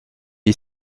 est